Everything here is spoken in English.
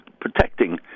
protecting